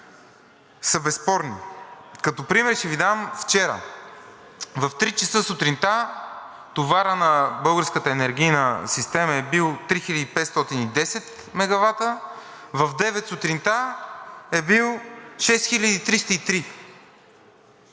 са безспорни. Като пример ще Ви дам вчера – в 3,00 ч. сутринта товарът на Българската енергийна система е бил 3510 мегавата, в 9,00 ч. сутринта е бил 6303. Това